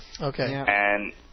Okay